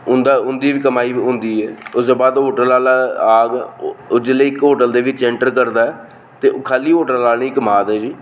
उं'दी बी कमाई होंदी ऐ उस तू बाद होटल आह्ला औग जिसलै इक होटल दे बिच इंटर करदा ऐ ओह् खाल्ली होटल आह्ले गै कमाए दे जी